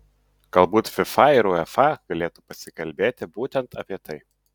galbūt fifa ir uefa galėtų pasikalbėti būtent apie tai